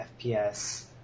FPS –